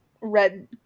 red